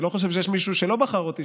אני לא חושב שיש מישהו שלא בחר אותי,